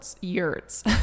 yurts